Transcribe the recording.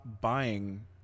buying